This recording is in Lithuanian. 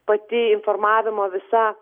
pati informavimo visa